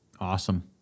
Awesome